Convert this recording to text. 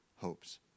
hopes